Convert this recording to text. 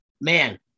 man